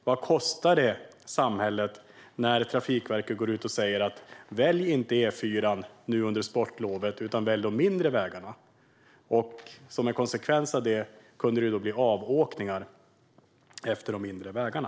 Vad kostar det samhället när Trafikverket går ut och säger att man inte ska välja E4:an under sportlovet utan de mindre vägarna och konsekvensen blir avåkningar utefter de mindre vägarna?